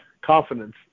confidence